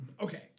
Okay